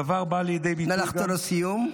נא לחתור לסיום.